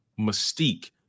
mystique